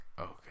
Okay